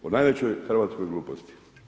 O najvećoj hrvatskoj gluposti.